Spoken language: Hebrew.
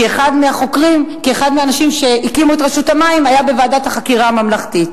כי אחד מהאנשים שהקימו את רשות המים היה בוועדת החקירה הממלכתית.